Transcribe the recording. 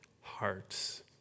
hearts